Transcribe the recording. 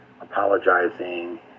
apologizing